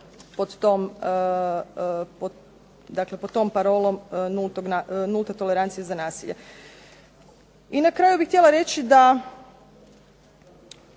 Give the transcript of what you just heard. pod tom parolom nulte tolerancije za nasilje. I na kraju bih htjela reći da